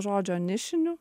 žodžio nišinių